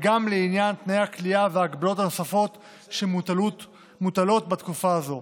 והן בעניין תנאי הכליאה וההגבלות הנוספות שמוטלות בתקופה הזאת,